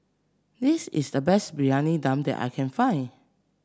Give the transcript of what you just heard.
this is the best Briyani Dum that I can find